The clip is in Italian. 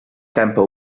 tempo